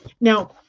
Now